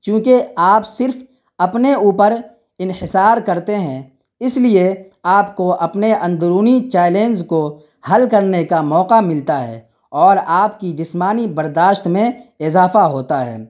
چونکہ آپ صرف اپنے اوپر انحصار کرتے ہیں اس لیے آپ کو اپنے اندرونی چیلینج کو حل کرنے کا موقع ملتا ہے اور آپ کی جسمانی برداشت میں اضافہ ہوتا ہے